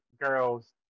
girls